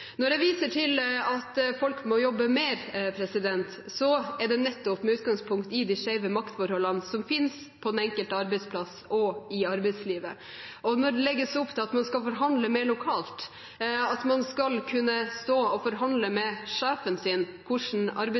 Når jeg viser til at folk må jobbe mer, er det nettopp med utgangspunkt i de skjeve maktforholdene som finnes på den enkelte arbeidsplass og i arbeidslivet. Når det legges opp til at man skal forhandle mer lokalt, at man skal kunne stå og forhandle med sjefen sin om hvordan